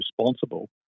responsible